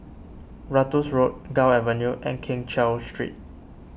Ratus Road Gul Avenue and Keng Cheow Street